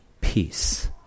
Peace